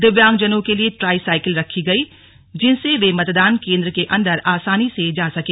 दिव्यांगजनों के लिए ट्राई साइकिल रखी गई जिनसे वे मतदान केंद्र के अंदर आसानी से जा सके